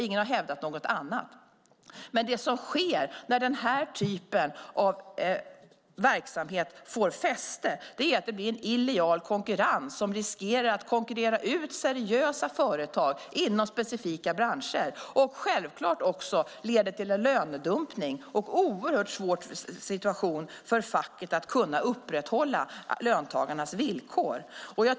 Ingen har hävdat något annat. Men det som sker när den här typen av verksamhet får fäste är att det blir en illojal konkurrens som riskerar att konkurrera ut seriösa företag inom specifika branscher. Självklart leder det också till en lönedumpning och gör det oerhört svårt för facket att kunna upprätthålla löntagarnas villkor.